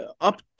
up